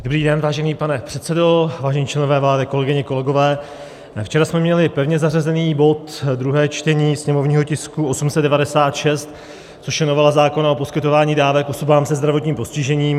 Dobrý den, vážený pane předsedo, vážení členové vlády, kolegyně a kolegové, včera jsme měli pevně zařazený bod, druhé čtení sněmovního tisku 896, což je novela zákona o poskytování dávek osobám se zdravotním postižením.